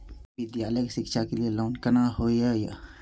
विद्यालय शिक्षा के लिय लोन केना होय ये?